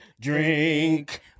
drink